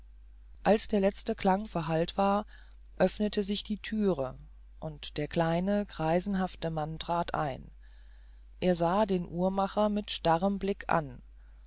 als der letzte klang verhallt war öffnete sich die thüre und der kleine greisenhafte mann trat ein er sah den uhrmacher mit starrem blick an